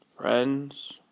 friends